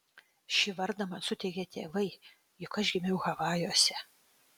šį vardą man suteikė tėvai juk aš gimiau havajuose